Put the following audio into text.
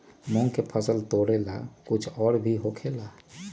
मूंग के फसल तोरेला कुछ और भी होखेला?